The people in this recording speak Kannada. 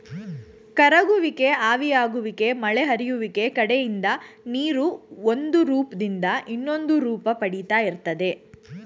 ಕರಗುವಿಕೆ ಆವಿಯಾಗುವಿಕೆ ಮಳೆ ಹರಿಯುವಿಕೆ ಕಡೆಯಿಂದ ನೀರು ಒಂದುರೂಪ್ದಿಂದ ಇನ್ನೊಂದುರೂಪ ಪಡಿತಾ ಇರ್ತದೆ